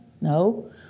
No